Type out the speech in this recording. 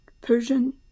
Persian